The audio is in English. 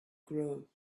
grow